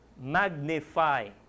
magnify